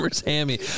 Hammy